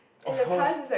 of course